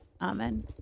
Amen